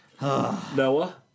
Noah